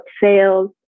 sales